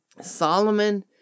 Solomon